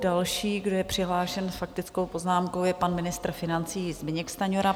Další, kdo je přihlášen s faktickou poznámkou, je pan ministr financí Zbyněk Stanjura.